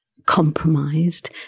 compromised